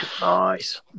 Nice